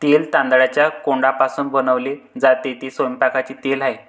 तेल तांदळाच्या कोंडापासून बनवले जाते, ते स्वयंपाकाचे तेल आहे